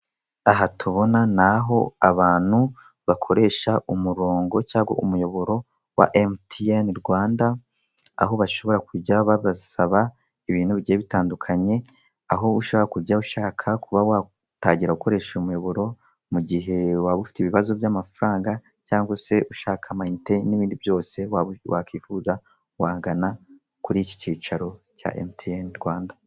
Aha tubona ni aho abantu bakoresha umurongo cyangwa umuyoboro wa Emutiyeni Rwanda, aho bashobora kujya babasaba ibintu bigiye bitandukanye, aho ushobora kujya ushaka kuba watangira gukoresha umuyoboro, mu gihe waba ufite ibibazo by'amafaranga cyangwa se ushaka amayinite n'ibindi byose wakwifuza, wagana kuri iki cyicaro cya Emutiyeni Rwanda.